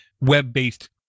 web-based